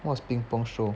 what is ping-pong show